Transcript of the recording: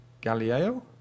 Galileo